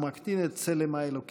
הוא מקטין את צלם האלוקים.